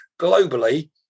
globally